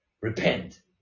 Repent